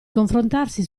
confrontarsi